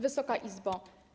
Wysoka Izbo!